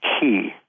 key